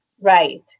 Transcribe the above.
right